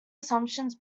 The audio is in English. assumptions